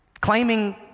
Claiming